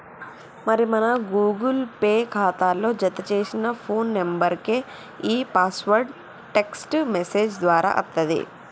మరి మన Google Pay ఖాతాలో జతచేసిన ఫోన్ నెంబర్కే ఈ పాస్వర్డ్ టెక్స్ట్ మెసేజ్ దారా అత్తది